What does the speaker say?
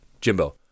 Jimbo